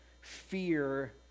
fear